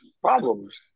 problems